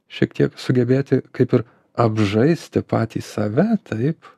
šiek tiek sugebėti kaip ir apžaisti patį save taip